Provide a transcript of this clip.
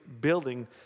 building